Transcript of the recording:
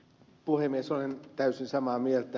olen täysin samaa mieltä